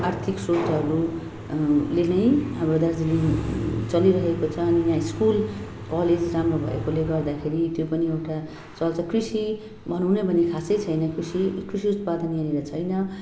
आर्थिक स्रोतहरूले नै अब दार्जिलिङ चलिरहेको छ अनि यहाँ स्कुल कलेज राम्रो भएकोले गर्दाखेरि त्यो पनि एउटा चल्छ कृषि भनौँ नै भने खासै छैन कृषि कृषि उत्पादन यहाँनिर छैन